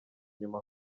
inyuma